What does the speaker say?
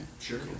Sure